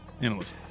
analyst